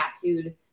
tattooed